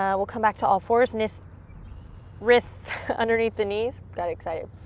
ah we'll come back to all fours, nist wrists underneath the knees, got excited.